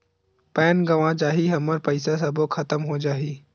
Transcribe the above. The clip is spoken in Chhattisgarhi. पैन गंवा जाही हमर पईसा सबो खतम हो जाही?